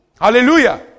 Hallelujah